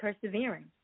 persevering